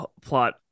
plot